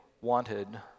wanted